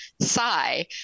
sigh